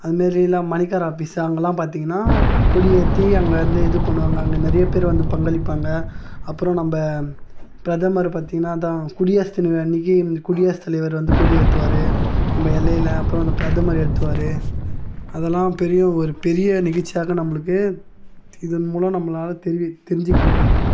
அதுமாரிலாம் மணிக்கார ஆஃபீஸு அங்கெல்லாம் பார்த்தீங்கனா கொடி ஏற்றி அங்கிருந்து இது பண்ணுவாங்க அங்கே நிறைய பேர் வந்து பங்களிப்பாங்க அப்புறம் நம்ம பிரதமர் பார்த்தீங்கனா அதுதான் குடியரசு தின விழா அன்றைக்கு குடியரசு தலைவர் வந்து கொடி ஏற்றுவாரு நம்ம எல்லையில் அப்புறம் இந்த பிரதமர் ஏற்றுவாரு அதெல்லாம் பெரிய ஒரு பெரிய நிகழ்ச்சியாக நம்மளுக்கு இதன் மூலம் நம்மளால தெரு தெரிஞ்சுக்க முடியுது